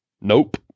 nope